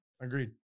Agreed